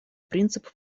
принципов